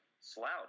slouch